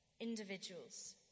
individuals